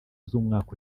z’umwaka